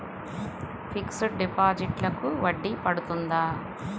Fixed డిపాజిట్లకు వడ్డీ పడుతుందా?